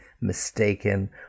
mistaken